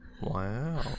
Wow